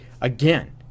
again